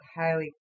highly